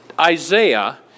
Isaiah